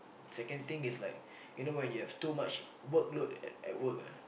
second thing is like you know when you have too much workload at at work ah